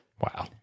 Wow